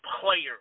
players